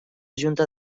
junta